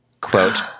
Quote